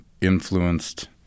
influenced